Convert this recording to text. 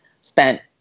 spent